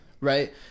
right